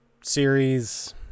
series